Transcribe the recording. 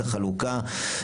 את החלוקה,